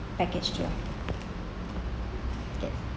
package tour okay